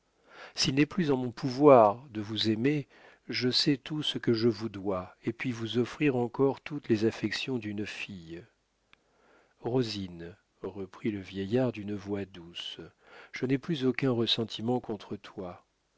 s'il n'est plus en mon pouvoir de vous aimer je sais tout ce que je vous dois et puis vous offrir encore toutes les affections d'une fille rosine reprit le vieillard d'une voix douce je n'ai plus aucun ressentiment contre toi